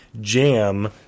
jam